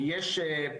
האזוריים.